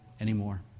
anymore